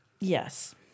Yes